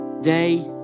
Day